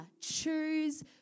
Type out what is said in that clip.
choose